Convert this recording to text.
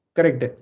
Correct